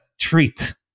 treat